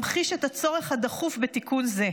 ממחיש את הצורך הדחוף בתיקון זה.